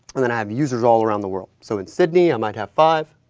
and and i have users all around the world. so, in sydney i might have five,